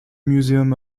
museum